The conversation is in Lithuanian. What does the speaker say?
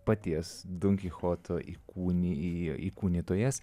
paties donkichoto įkūni įkūnytojas